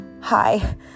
hi